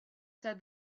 said